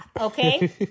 okay